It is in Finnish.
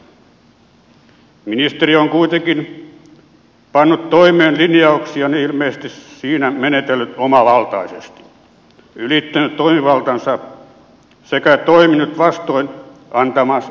ministeri on kuitenkin pannut toimeen linjauksia ja ilmeisesti siinä menetellyt omavaltaisesti ylittänyt toimivaltansa sekä toiminut vastoin antamaansa juhlallista vakuutta